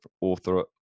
author